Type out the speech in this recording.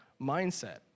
mindset